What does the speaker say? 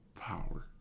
power